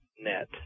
net